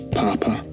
papa